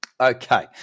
Okay